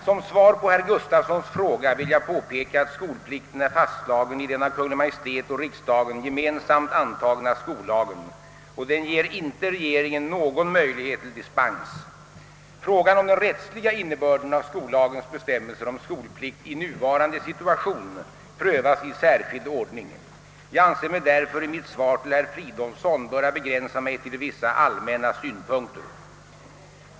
Som svar på herr Gustavssons fråga vill jag påpeka att skolplikten är fastslagen i den av Kungl. Maj:t och riksdagen gemensamt antagna skollagen och den ger inte regeringen någon möjlighet till dispens. Frågan om den rättsliga innebörden av skollagens bestämmelser om skolplikt i nuvarande situation prövas i särskild ordning. Jag anser mig därför i mitt svar till herr Fridolfsson böra begränsa mig till vissa allmänna synpunkter.